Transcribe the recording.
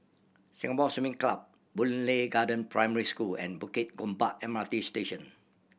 Singapore Swimming Club Boon Lay Garden Primary School and Bukit Gombak M R T Station